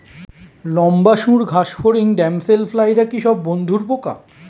লম্বা সুড় ঘাসফড়িং ড্যামসেল ফ্লাইরা কি সব বন্ধুর পোকা?